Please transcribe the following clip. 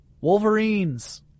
wolverines